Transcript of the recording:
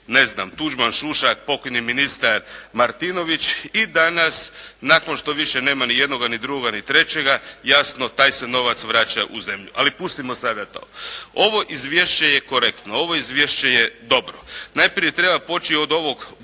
ne znam Tuđman, Šušak, pokojni ministar Martinović i danas nakon što više nema ni jednoga, ni drugoga, ni trećega jasno taj se novac vraća u zemlju. Ali pustimo sada to. Ovo izvješće je korektno. Ovo izvješće je dobro. Najprije treba poći od ovog vojnog